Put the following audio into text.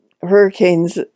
Hurricanes